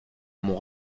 mon